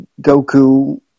Goku